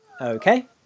Okay